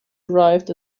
arrived